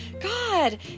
God